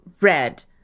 red